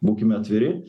būkime atviri